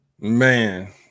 man